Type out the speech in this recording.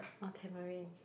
orh Tamarind